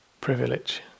privilege